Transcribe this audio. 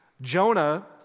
Jonah